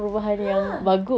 ah